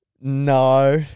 No